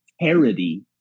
parody